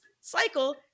cycle